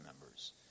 members